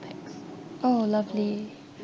oh lovely